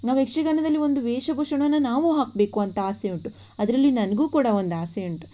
ನಾವು ಯಕ್ಷಗಾನದಲ್ಲಿ ಒಂದು ವೇಷಭೂಷಣವನ್ನು ನಾವೂ ಹಾಕಬೇಕು ಅಂತ ಆಸೆ ಉಂಟು ಅದರಲ್ಲಿ ನನಗೂ ಕೂಡ ಒಂದು ಆಸೆ ಉಂಟು